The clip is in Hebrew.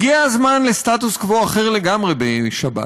הגיע הזמן לסטטוס קוו אחר לגמרי בשבת.